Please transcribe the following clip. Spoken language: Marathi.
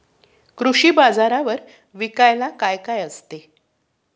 कृषी बाजारावर विकायला काय काय असते?